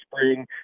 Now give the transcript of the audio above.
spring